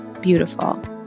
Beautiful